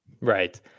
Right